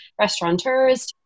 restaurateurs